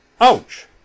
ouch